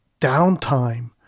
downtime